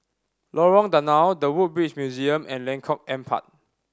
Lorong Danau The Woodbridge Museum and Lengkok Empat